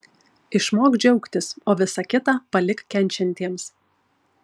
išmok džiaugtis o visa kita palik kenčiantiems